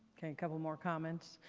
ok, a couple more comments.